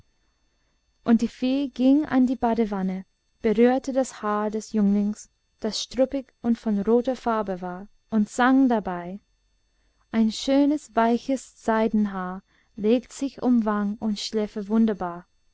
und die fee ging an die badewanne berührte das haar des jünglings das struppig und von roter farbe war und sang dabei ein schönes weiches seidenhaar legt sich um wang und schläfe wunderbar